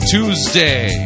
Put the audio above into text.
Tuesday